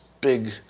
big